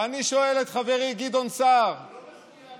ואני שואל את חברי גדעון סער, הוא לא מחויב,